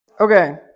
Okay